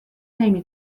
نمی